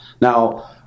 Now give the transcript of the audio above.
Now